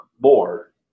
more